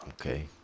Okay